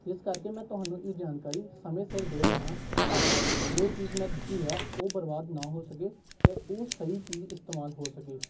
ਇਸ ਕਰਕੇ ਮੈਂ ਤੁਹਾਨੂੰ ਇਹ ਜਾਣਕਾਰੀ ਸਮੇਂ ਸਿਰ ਦੇ ਰਿਹਾ ਹਾਂ ਤਾਂ ਕਿ ਜੋ ਚੀਜ਼ ਮੈਂ ਦਿੱਤੀ ਹੈ ਉਹ ਬਰਬਾਦ ਨਾ ਹੋ ਸਕੇ ਅਤੇ ਉਹ ਸਹੀ ਚੀਜ਼ ਇਸਤੇਮਾਲ ਹੋ ਸਕੇ